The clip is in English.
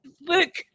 Look